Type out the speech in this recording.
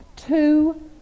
two